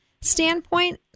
standpoint